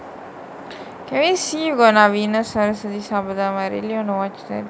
can I see gonna Naveena sarasvathisabatham I really no watch that